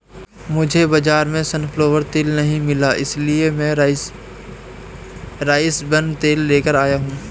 मुझे बाजार में सनफ्लावर तेल नहीं मिला इसलिए मैं राइस ब्रान तेल लेकर आया हूं